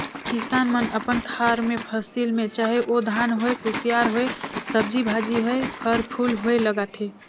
किसान मन अपन खार मे फसिल में चाहे ओ धान होए, कुसियार होए, सब्जी भाजी होए, फर फूल होए लगाथे